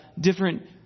different